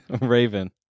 Raven